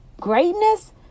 greatness